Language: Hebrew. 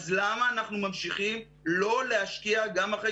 אז למה אנחנו ממשיכים לא להשקיע גם אחרי